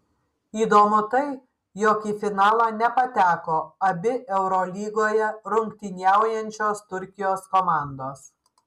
įdomu tai jog į finalą nepateko abi eurolygoje rungtyniaujančios turkijos komandos